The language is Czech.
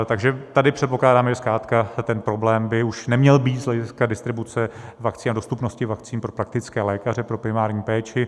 Takže tady předpokládáme, že ten problém by už neměl být z hlediska distribuce vakcín a dostupnosti vakcín pro praktické lékaře pro primární péči.